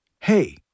Hey